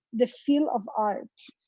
the feel of art,